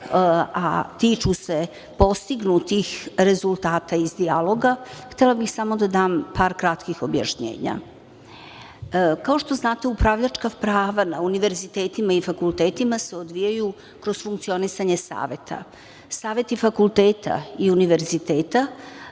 a tiču se postignutih rezultata iz dijaloga. Htela bih samo da dam par kratkih objašnjenja. Kao što znate, upravljačka prava na univerzitetima i fakultetima se odvijaju kroz funkcionisanje saveta. Saveti fakulteta i univerziteta